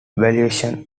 valuations